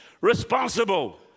responsible